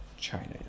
china